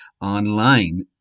online